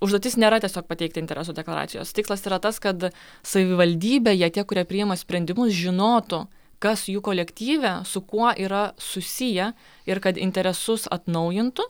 užduotis nėra tiesiog pateikti interesų deklaracijos tikslas yra tas kad savivaldybėje tie kurie priima sprendimus žinotų kas jų kolektyve su kuo yra susiję ir kad interesus atnaujintų